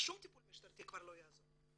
ושום טיפול משטרתי כבר לא יעזור.